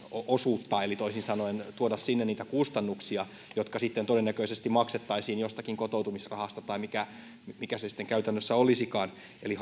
osuutta eli toisin sanoen tuoda sinne niitä kustannuksia jotka sitten todennäköisesti maksettaisiin jostakin kotoutumisrahasta tai mikä mikä se sitten käytännössä olisikaan eli